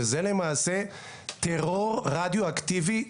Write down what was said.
שזה למעשה טרור רדיואקטיבי,